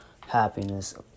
happiness